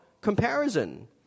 comparison